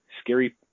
scary